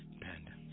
Panda